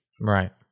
Right